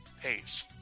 pace